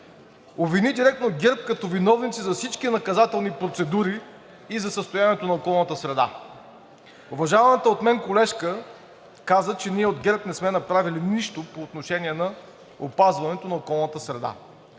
обвини директно ГЕРБ като виновници за всички наказателни процедури и за състоянието на околната среда. Уважаваната от мен колежка каза, че ние от ГЕРБ не сме направили нищо по отношение на опазването на околната среда.